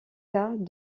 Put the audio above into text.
cas